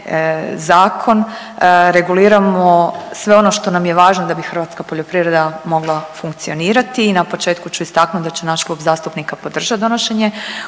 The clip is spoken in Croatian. zakon reguliramo sve ono što nam je važno da bi hrvatska poljoprivreda mogla funkcionirati. I na početku ću istaknuti da će naš klub zastupnika podržat donošenje